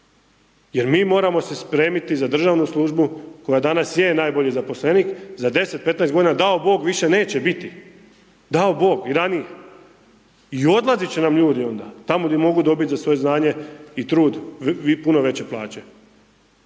jer mi moramo se spremiti za državnu službu koja danas je najbolji zaposlenik, za 10, 15 godina, dao Bog više neće biti, dao Bog i ranije i odlazit će nam ljudi onda, tamo gdje mogu dobiti za svoje znanje i trud puno veće plaće,